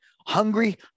hungry